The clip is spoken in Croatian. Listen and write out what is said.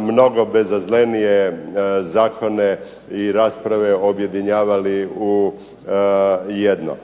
mnogo bezazlenije zakone i rasprave objedinjavali u jedno.